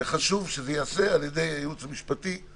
אבל חשוב שזה ייעשה על ידי הייעוץ המשפטי,